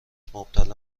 مبتلا